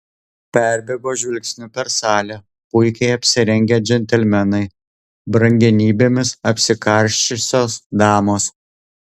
perbėgo žvilgsniu per salę puikiai apsirengę džentelmenai brangenybėmis apsikarsčiusios damos